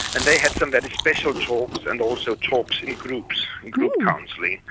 and they had some very special talks and also talks in groups, in group counselling.